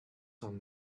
some